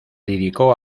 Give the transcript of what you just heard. dedicó